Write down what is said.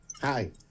hi